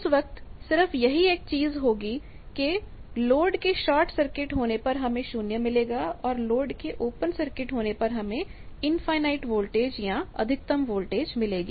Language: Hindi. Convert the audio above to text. उस वक्त सिर्फ यही एक चीज होगी कि लोड के शॉर्ट सर्किट होने पर हमें 0 मिलेगा और लोड के ओपन सर्किट होने पर हमें इनफाईनाइट वोल्टेज या अधिकतम वोल्टेज मिलेगी